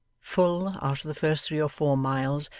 full, after the first three or four miles,